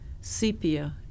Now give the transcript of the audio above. sepia